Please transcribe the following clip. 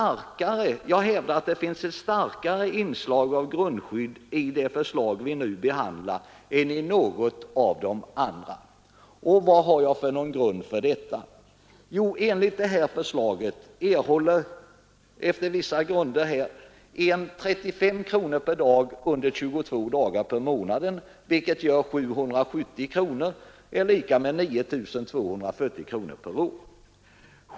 Jag hävdar att det finns ett starkare inslag av grundskydd i det förslag vi nu behandlar än vad som finns i något av de nämnda försäkringssystemen. Vad har jag då för grund för detta påstående? Jo, enligt förslaget erhåller under vissa förutsättningar en arbetslös 35 kronor per dag under 22 dagar per månad, vilket gör 770 kronor eller per år 9 240 kronor.